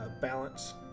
balance